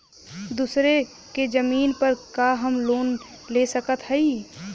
दूसरे के जमीन पर का हम लोन ले सकत हई?